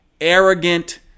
arrogant